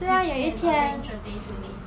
we can arrange a day to meet